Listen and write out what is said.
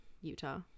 Utah